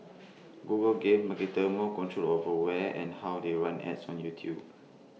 Google gave marketers more control over where and how they run ads on YouTube